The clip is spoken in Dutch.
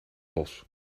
bos